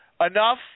Enough